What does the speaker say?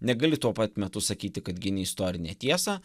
negali tuo pat metu sakyti kad gini istorinę tiesą